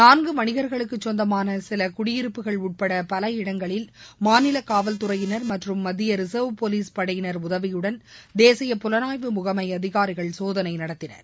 நான்கு வணிகர்களுக்கு சொந்தமான சில குடியிருப்புகள் உட்பட பல இடங்களில் மாநில காவல்துறையினர் மற்றும் மத்திய ரிசர்வ் போலீஸ் படையினர் உதவியுடன் தேசிய புலனாய்வு முகமை அதிகாரிகள் சோதனை நடத்தினர்